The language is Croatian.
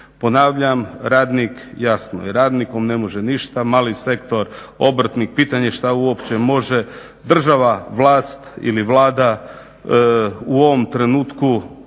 Ponavljam, jasno radnik mu ne može ništa, mali sektor, obrtnik, pitanje je šta uopće može država, vlast ili Vlada u ovom trenutku